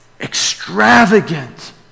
Extravagant